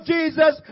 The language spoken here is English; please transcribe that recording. Jesus